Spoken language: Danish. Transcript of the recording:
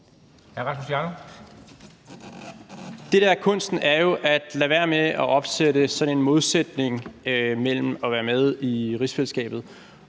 der er kunsten, er jo at lade være med at opsætte sådan en modsætning mellem at være med i rigsfællesskabet